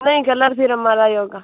नहीं कलर फिर हमारा ही होगा